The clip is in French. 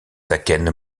akènes